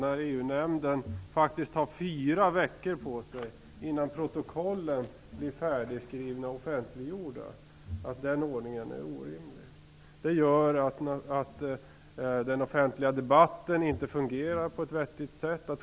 EU-nämnden tar faktiskt fyra veckor på sig innan protokollen blir färdigskrivna och offentliggjorda. Det gör att den offentliga debatten inte fungerar på ett vettigt sätt.